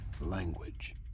language